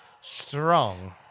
strong